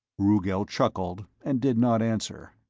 rugel chuckled, and did not answer.